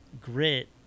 grit